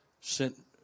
sent